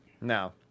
No